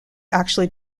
actually